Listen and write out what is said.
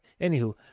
Anywho